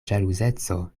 ĵaluzeco